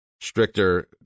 stricter